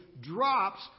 drops